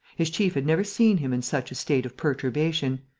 his chief had never seen him in such a state of perturbation,